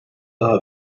daha